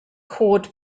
cod